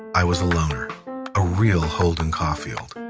i was a loner. a real holden caulfield.